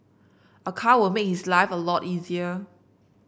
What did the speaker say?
a car will make his life a lot easier